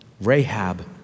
Rahab